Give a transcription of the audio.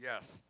Yes